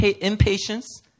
impatience